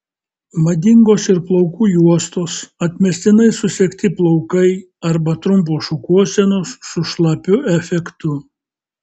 madingos ir plaukų juostos atmestinai susegti plaukai arba trumpos šukuosenos su šlapiu efektu